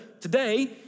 today